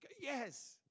Yes